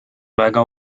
väga